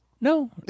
No